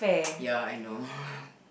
ya I know